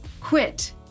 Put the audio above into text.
Quit